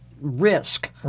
risk